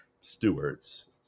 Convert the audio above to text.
stewards